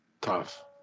Tough